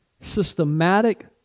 systematic